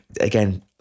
Again